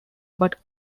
but